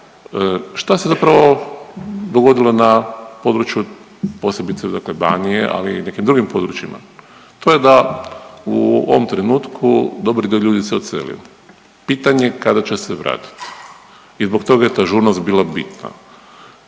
Šta se zapravo dogodilo na području posebice dakle Banije, ali i nekim drugim područjima? To je da u ovom trenutku dobar dio ljudi se odselio. Pitanje je kada će se vratiti? I zbog toga je ta žurnost bila bitna.